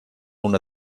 una